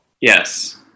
Yes